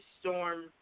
Storm